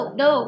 no